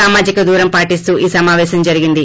సామాజిక దూరం పాటిస్తూ ఈ సమాపేశం జరిగింది